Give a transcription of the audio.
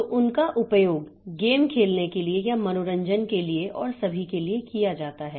तो उनका उपयोग गेम खेलने के लिए या मनोरंजन के लिए और सभी के लिए किया जाता है